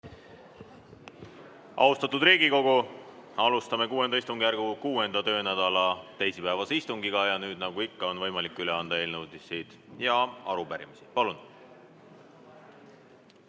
Austatud Riigikogu! Alustame VI istungjärgu 6. töönädala teisipäevast istungit. Nüüd on nagu ikka võimalik üle anda eelnõusid ja arupärimisi. Palun!